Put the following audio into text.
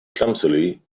clumsily